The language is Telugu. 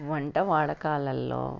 వంట వాడ కాలలో